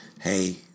Hey